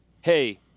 hey